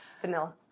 Vanilla